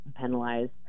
penalized